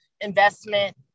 investment